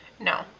No